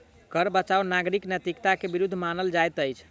कर बचाव नागरिक नैतिकता के विरुद्ध मानल जाइत अछि